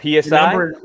PSI